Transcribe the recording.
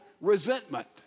resentment